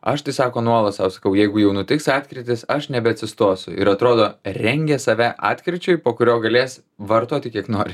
aš tai sako nuolat sau sakau jeigu jau nutiks atkrytis aš nebeatsistosiu ir atrodo rengė save atkirčiui po kurio galės vartoti kiek nori